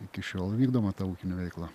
iki šiol vykdoma ta ūkinė veikla